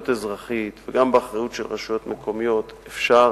אזרחית וגם באחריות של רשויות מקומיות אפשר